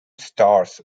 stars